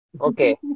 Okay